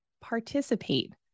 participate